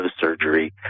surgery